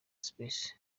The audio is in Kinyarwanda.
space